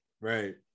Right